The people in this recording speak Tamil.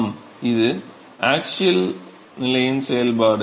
ஆம் இது ஆக்ஸியல் நிலையின் செயல்பாடு